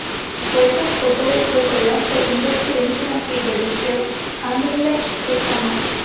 laikas futbolui laidoje pažintis su rinktinės lyderiais ir anderlecht sistema